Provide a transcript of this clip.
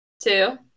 Two